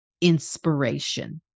inspiration